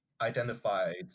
identified